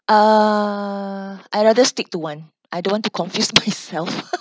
uh I rather stick to one I don't want to confuse myself